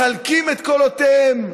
מחלקים את קולותיהם,